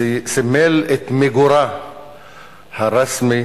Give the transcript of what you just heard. סימל את מיגורה הרשמי